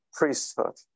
priesthood